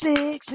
Six